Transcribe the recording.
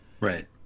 Right